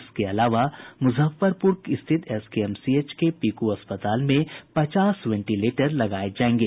इसके अलावा मुजफ्फरपुर स्थित एसकेएमसीएच के पीकू अस्पताल में पचास वेंटिलेटर लगाये जायेंगे